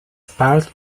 part